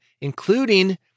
including